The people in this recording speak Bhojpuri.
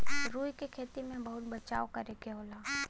रुई क खेती में बहुत बचाव करे के होला